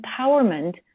empowerment